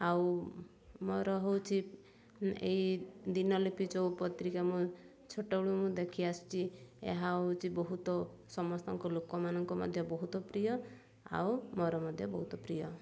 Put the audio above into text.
ଆଉ ମୋର ହଉଛି ଏଇ ଦିନଲିପି ଯେଉଁ ପତ୍ରିକା ମୁଁ ଛୋଟବେଳୁ ମୁଁ ଦେଖି ଆସିଛି ଏହା ହଉଛି ବହୁତ ସମସ୍ତଙ୍କ ଲୋକମାନଙ୍କୁ ମଧ୍ୟ ବହୁତ ପ୍ରିୟ ଆଉ ମୋର ମଧ୍ୟ ବହୁତ ପ୍ରିୟ